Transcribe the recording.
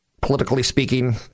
politically-speaking